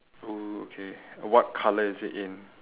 oh okay what colour is it in